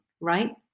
right